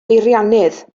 beiriannydd